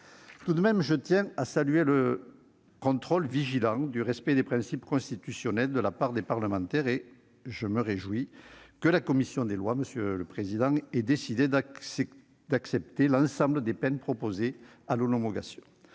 Cela dit, je tiens à saluer le contrôle vigilant du respect des principes constitutionnels de la part des parlementaires et je me réjouis que la commission des lois ait décidé d'accepter l'ensemble des peines proposées à l'homologation.